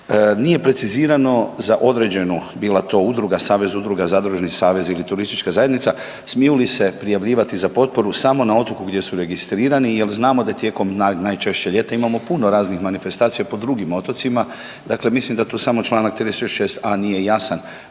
nije precizirano za određenu, bila to udruga, savez udruga, zadružni savez ili turistička zajednica, smiju li se prijavljivati za potporu samo na otoku gdje su registrirani, jel znamo da tijekom, najčešće ljeta, imamo puno raznih manifestacija po drugim otocima, dakle mislim da tu samo čl.36.a. nije jasan,